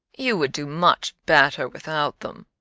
you would do much better without them.